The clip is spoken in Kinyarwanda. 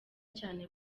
cyane